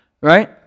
right